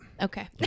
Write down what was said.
Okay